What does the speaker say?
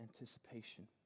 anticipation